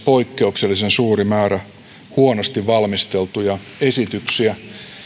poikkeuksellisen suuri määrä huonosti valmisteltuja esityksiä